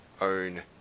own